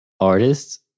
Artists